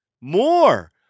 More